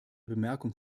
bemerkung